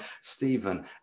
Stephen